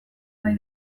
bai